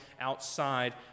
outside